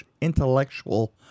intellectual